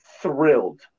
thrilled